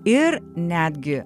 ir netgi